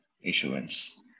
issuance